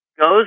goes